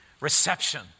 reception